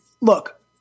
look